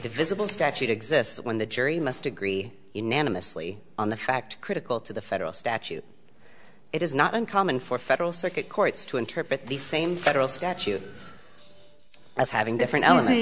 divisible statute exists when the jury must agree unanimously on the fact critical to the federal statute it is not uncommon for federal circuit courts to interpret the same federal statute as having different